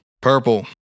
Purple